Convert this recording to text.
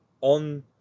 on